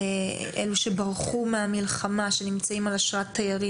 אלה שברחו מהמלחמה ונמצאים על אשרת תייר,